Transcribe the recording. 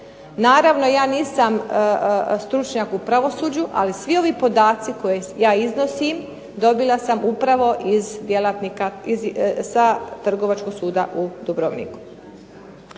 Naravno ja nisam stručnjak u pravosuđu, ali svi ovi podaci koje ja iznosim dobila sam upravo sa Trgovačkog suda u Dubrovniku.